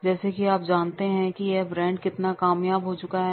जैसा कि आप जानते हैं कि यह ब्रांड कितना कामयाब हो चुका है